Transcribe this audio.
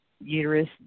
uterus